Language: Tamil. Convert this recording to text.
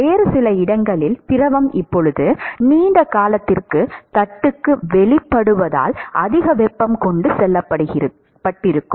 வேறு சில இடங்களில் திரவம் இப்போது நீண்ட காலத்திற்கு தட்டுக்கு வெளிப்படுவதால் அதிக வெப்பம் கொண்டு செல்லப்பட்டிருக்கும்